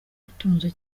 utunze